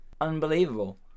Unbelievable